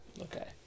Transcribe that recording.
Okay